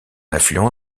affluent